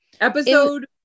Episode